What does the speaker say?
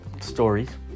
stories